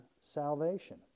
salvation